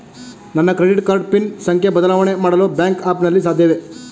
ನನ್ನ credit card PIN ಸಂಖ್ಯೆ ಬದಲಾವಣೆ ಮಾಡಲು ಬ್ಯಾಂಕ್ ಆ್ಯಪ್ ನಲ್ಲಿ ಸಾಧ್ಯವೇ?